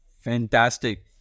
Fantastic